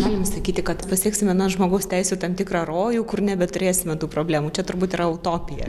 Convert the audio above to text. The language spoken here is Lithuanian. galim sakyti kad pasieksime na žmogaus teisių tam tikrą rojų kur nebeturėsime tų problemų čia turbūt yra utopija